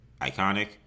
iconic